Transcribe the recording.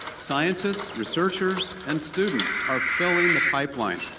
scientists, researchers and students are filling the pipeline.